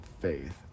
faith